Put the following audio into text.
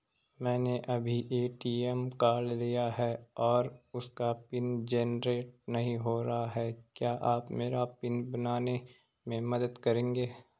मैंने अभी ATM card लिया है और उसका पिन जेनरेट नहीं हो रहा है क्या आप मेरा पिन बनाने में मदद करेंगे?